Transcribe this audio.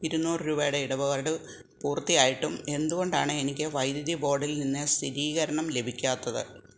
ഇരുനൂറ് രൂപയുടെ ഇടപാട് പൂർത്തിയായിട്ടും എന്തുകൊണ്ടാണ് എനിക്ക് വൈദ്യുതി ബോർഡിൽ നിന്ന് സ്ഥിരീകരണം ലഭിക്കാത്തത്